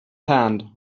hand